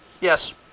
Yes